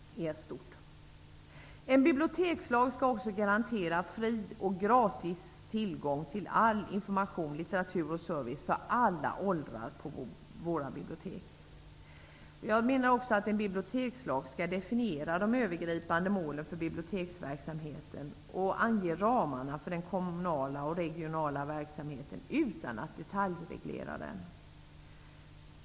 En bibliotekslag skall också garantera fri och gratis tillgång till all information, litteratur och service för alla åldrar på våra bibliotek. Jag menar också att man i en bibliotekslag skall definiera de övergripande målen för biblioteksverksamheten och ange ramarna för den kommunala och regionala verksamheten utan att detaljreglera den.